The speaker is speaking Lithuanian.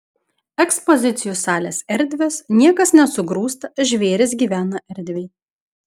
ekspozicijų salės erdvios niekas nesugrūsta žvėrys gyvena erdviai